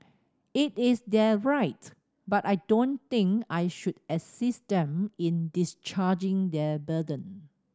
it is their right but I don't think I should assist them in discharging their burden